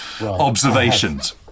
observations